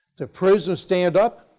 the prisoners stand up,